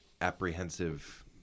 apprehensive